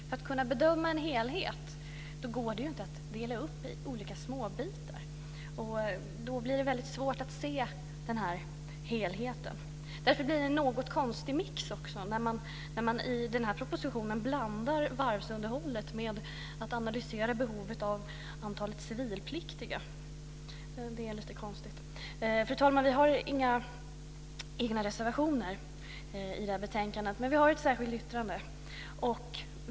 Om man ska kunna bedöma en helhet så kan man inte dela upp detta i olika småbitar. Då blir det väldigt svårt att se denna helhet. Därför blir det en något konstig mix när man i denna proposition blandar varvsunderhållet med en analys av behovet av antalet civilpliktiga. Fru talman! Vi har inga reservationer i detta betänkande, men vi har ett särskilt yttrande.